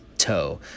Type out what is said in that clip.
toe